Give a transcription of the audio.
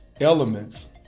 elements